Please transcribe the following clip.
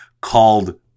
called